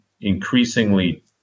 increasingly